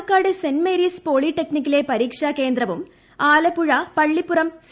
Palakkad Saint Mary's പോളിടെക്നിക്കിലെ പരീക്ഷാകേന്ദ്രവും Alappuzha Pallippuram C